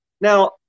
now